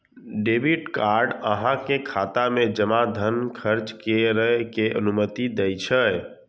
debit card अहांक खाता मे जमा धन खर्च करै के अनुमति दै छै